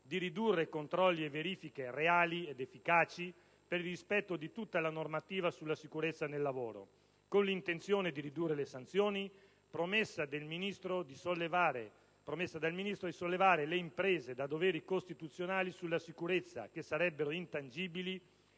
di ridurre controlli e verifiche reali ed efficaci per rispetto di tutta la normativa sulla sicurezza nel lavoro, con l'intenzione di ridurre le sanzioni. Promessa, quella del Ministro, di sollevare le imprese da doveri costituzionali sulla sicurezza che sarebbero intangibili,